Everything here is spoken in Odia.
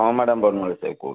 ହଁ ମ୍ୟାଡ଼ାମ ବନମାଳୀ ସାହୁ କହୁଛି